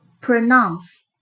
Pronounce